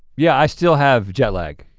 yeah i still have jet lag.